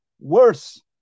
worse